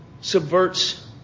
subverts